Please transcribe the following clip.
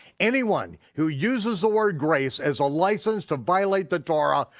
anyone who uses the word grace as a license to violate the torah,